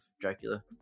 dracula